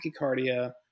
tachycardia